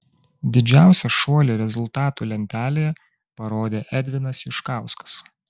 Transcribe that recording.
didžiausią šuolį rezultatų lentelėje parodė edvinas juškauskas